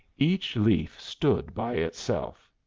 each leaf stood by itself.